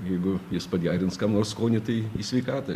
jeigu jis pagerins kam nors skonį tai į sveikatą